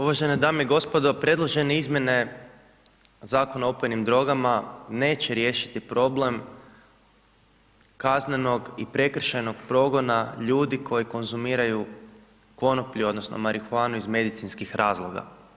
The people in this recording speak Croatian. Uvažene dame i gospodo, predložene izmjene Zakona o opojnim drogama, neće riješiti problem kaznenog i prekršajnog progona ljudi koji konzumiraju konoplju, odnosno, marihuanu iz medicinskih razloga.